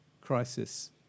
crisis